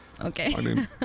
Okay